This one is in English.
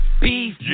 Beef